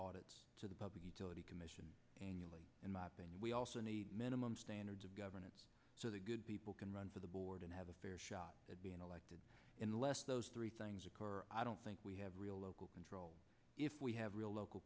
audit to the public utility commission and i think we also need a minimum standards of governance so the good people can run for the board and have a fair shot at being elected in less those three things occur i don't think we have real local control if we have real local